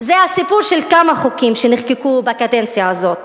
זה הסיפור של כמה חוקים שנחקקו בקדנציה הזאת.